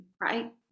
right